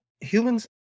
humans